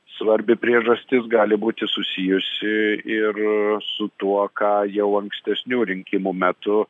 svarbi priežastis gali būti susijusi ir su tuo ką jau ankstesnių rinkimų metu